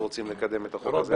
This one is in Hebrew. שרוצים לקדם את החוק הזה.